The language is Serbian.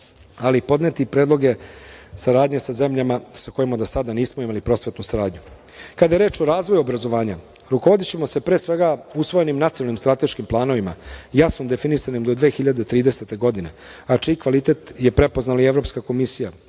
ali i podneti predloge saradnje sa zemljama sa kojima do sada nismo imali prosvetnu saradnju. Kada je reč o razvoju obrazovanja, rukovodićemo se, pre svega, usvojenim nacionalnim strateškim planovima, jasno definisanim do 2030. godine, a čiji kvalitet je prepoznala i Evropska komisija